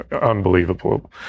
unbelievable